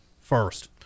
first